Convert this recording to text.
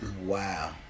Wow